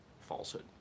falsehood